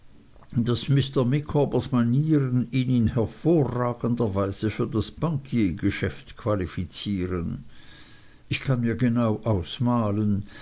daß mr micawbers manieren ihn in hervorragender weise für das bankiergeschäft qualifizieren ich kann mir genau ausmalen